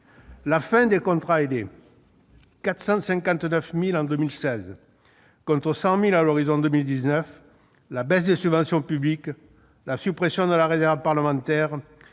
La fin des contrats aidés- 459 000 en 2016 contre 100 000 attendus en 2019 -, la baisse des subventions publiques, la suppression de la réserve parlementaire